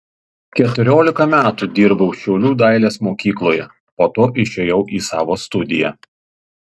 keturiolika metų dirbau šiaulių dailės mokykloje po to išėjau į savo studiją